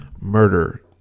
murder